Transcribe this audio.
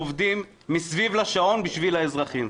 עובדים מסביב לשעון בשביל האזרחים.